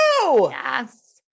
Yes